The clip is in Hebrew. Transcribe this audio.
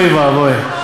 אוי ואבוי,